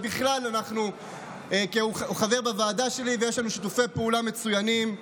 ובכלל הוא חבר בוועדה שלי ויש לנו שיתופי פעולה מצוינים.